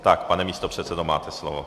Tak pane místopředsedo, máte slovo.